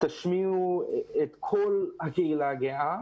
תשמיעו את כל הקהילה הגאה.